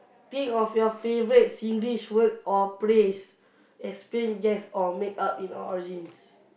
think of your favourite Singlish word or praise explain guess or make up in or origins